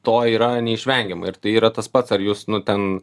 to yra neišvengiamai ir tai yra tas pats ar jūs nu ten